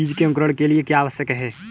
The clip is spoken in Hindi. बीज के अंकुरण के लिए क्या आवश्यक है?